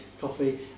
coffee